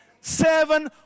seven